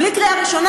בלי קריאה ראשונה,